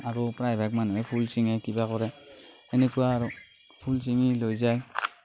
আৰু প্ৰায় ভাগ মানুহে ফুল ছিঙে কিবা কৰে সেনেকুৱা আৰু ফুল ছিঙি লৈ যায়